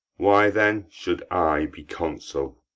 why, then, should i be consul?